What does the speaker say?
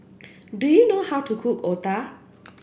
do you know how to cook Otah